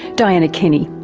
dianna kenny.